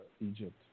Egypt